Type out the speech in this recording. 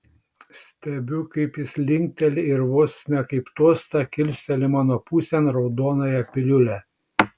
stebiu kaip jis linkteli ir vos ne kaip tostą kilsteli mano pusėn raudonąją piliulę